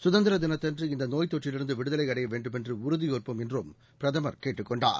கதந்திரதினத்தன்றுஇந்தநோய் தொற்றிலிருந்துவிடுதலைஅடையவேண்டுமென்றஉறுதியேற்போம் என்றும் பிரதமர் கேட்டுக் கொண்டார்